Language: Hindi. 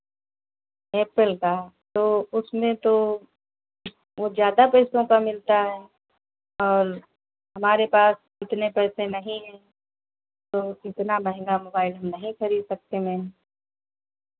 एप्पल का तो उसमें तो वो ज़्यादा पैसों का मिलता है और हमारे पास इतने पैसे नहीं हैं तो इतना महंगा मोबाइल हम नहीं खरीद सकते मैम